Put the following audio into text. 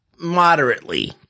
moderately